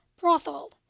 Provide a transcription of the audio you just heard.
brothel